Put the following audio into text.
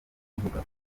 kuvuga